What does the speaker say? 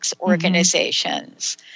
organizations